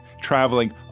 traveling